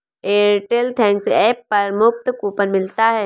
Airtel thanks app पर मुफ्त coupon मिलता है